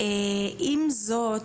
עם זאת,